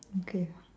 okay